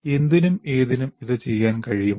എന്തിനും ഏതിനും ഇത് ചെയ്യാൻ കഴിയുമോ